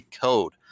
code